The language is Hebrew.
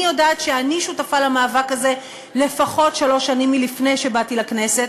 אני יודעת שאני שותפה למאבק הזה לפחות שלוש שנים לפני בואי לכנסת.